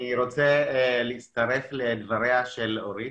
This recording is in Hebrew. אני רוצה להצטרף לדבריה של אורית,